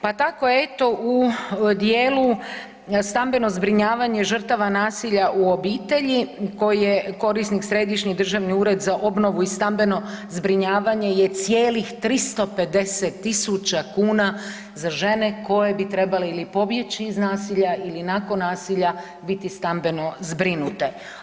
Pa tako eto u dijelu stambeno zbrinjavanje žrtava nasilja u obitelji koje korisnik Središnji državni ured za obnovu i stambeno zbrinjavanje je cijelih 350 tisuća kuna za žene koje bi trebale ili pobjeći iz nasilja ili nakon nasilja, biti stambeno zbrinute.